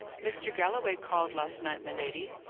mr. galloway called last night, my lady,